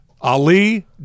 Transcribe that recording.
Ali